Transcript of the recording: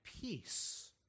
peace